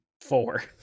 four